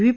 V